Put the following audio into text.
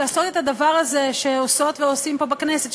לעשות את הדבר הזה שעושות ועושים פה בכנסת,